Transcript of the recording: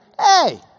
hey